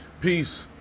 peace